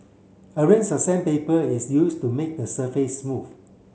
a range of sandpaper is used to make the surface smooth